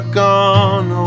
gone